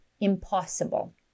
impossible